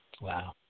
Wow